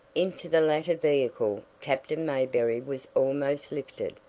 into the latter vehicle captain mayberry was almost lifted,